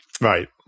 Right